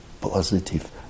positive